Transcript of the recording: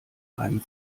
einem